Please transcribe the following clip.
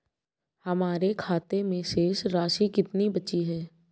हमारे खाते में शेष राशि कितनी बची है?